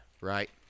right